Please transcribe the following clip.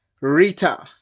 Rita